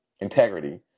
integrity